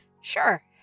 Sure